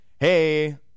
Hey